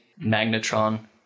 Magnetron